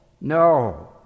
No